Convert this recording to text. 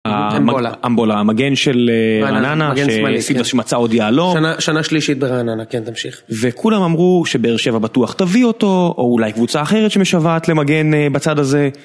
אמבולה, המגן של רעננה, - מגן שמאלי, - שסידר, שמצא עוד יהלום, - שנה שלישית ברעננה, כן תמשיך. - וכולם אמרו שבאר שבע בטוח תביא אותו או אולי קבוצה אחרת שמשוועת למגן בצד הזה